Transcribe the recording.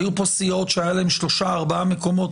היו פה סיעות שהיו להם שלושה-ארבעה מקומות,